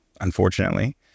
unfortunately